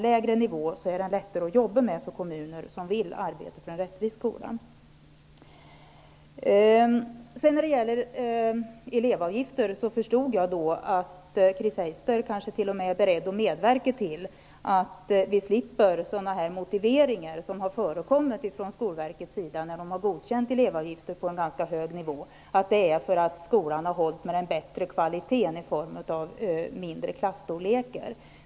Men för kommuner som vill arbeta för en rättvis skola är det lättare att jobba med en lägre nivå. Jag förstod att Chris Heister kanske t.o.m. är beredd att medverka till att vi slipper vissa motiveringar som har förekommit ifrån Skolverkets sida när man har godkänt elevavgifter på en ganska hög nivå. Man har sagt att det beror på att skolan har haft bättre kvalitet i form av mindre klasser.